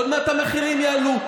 עוד מעט המחירים יעלו.